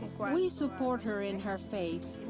we support her in her faith.